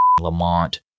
Lamont